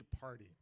party